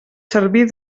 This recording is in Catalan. servir